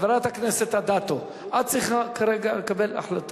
חברת הכנסת אדטו, את צריכה לקבל כרגע החלטה.